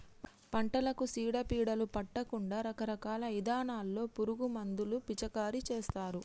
పంటలకు సీడ పీడలు పట్టకుండా రకరకాల ఇథానాల్లో పురుగు మందులు పిచికారీ చేస్తారు